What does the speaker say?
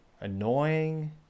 annoying